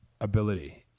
ability